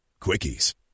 Quickies